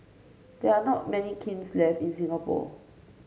there are not many kilns left in Singapore